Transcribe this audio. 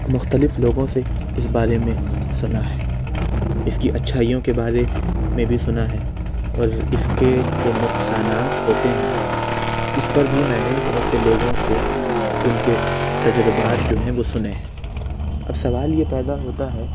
مختلف لوگوں سے اس بارے میں سنا ہے اس کی اچھائیوں کے بارے میں بھی سنا ہے اور اس کے جو نقصانات ہوتے ہیں اس پر بھی میں نے بہت سے لوگوں سے ان کے تجربات جو ہے وہ سنے ہیں اب سوال یہ پیدا ہوتا ہے